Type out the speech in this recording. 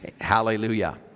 Hallelujah